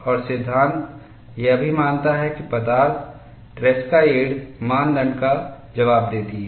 और सिद्धांत यह भी मानता है कि पदार्थ ट्रेसका यील्ड मानदंड का जवाब देती है